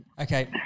Okay